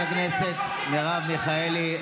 הכנסת מרב מיכאלי.